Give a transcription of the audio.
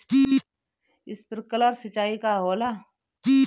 Sprinkler सिंचाई का होला?